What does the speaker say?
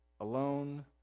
alone